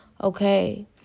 okay